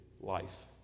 life